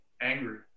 angry